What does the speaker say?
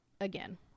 again